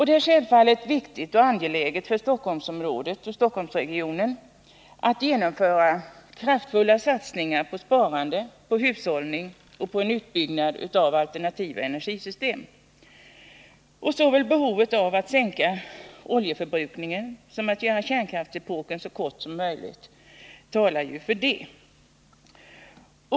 Det är självfallet viktigt och angeläget för Storstockholmsregionen att genomföra kraftfulla satsningar på sparande, hushållning och en uppbyggnad av alternativa energisystem. Såväl behovet av att sänka oljeförbrukningen som önskemålet att göra kärnkraftsepoken så kort som möjligt talar för detta.